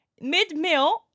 Mid-meal